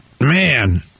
man